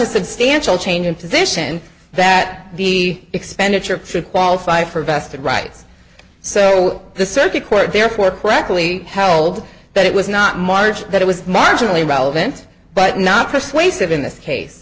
a substantial change in position that the expenditure should qualify for vested rights so the circuit court therefore correctly held that it was not march that it was marginally relevant but not persuasive in this case